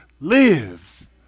lives